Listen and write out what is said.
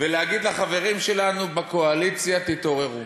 ולהגיד לחברים שלנו בקואליציה: תתעוררו.